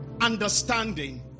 understanding